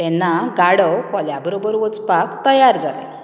तेन्ना गाडव कोल्या बरबर वचपाक तयार जालें